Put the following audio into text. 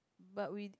but we